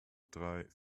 drei